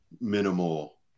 minimal